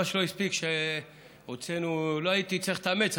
לא הייתי צריך להתאמץ,